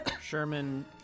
Sherman